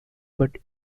but